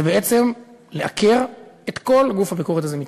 זה בעצם לעקר את כל גוף הביקורת הזה מתוכן,